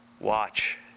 watch